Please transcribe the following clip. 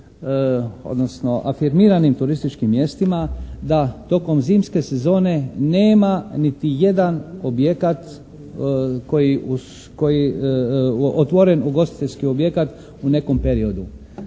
odnosno afirmiranim turističkim mjestima da tokom zimske sezone nema niti jedan objekat koji, koji, otvoren ugostiteljski objekat u nekom periodu.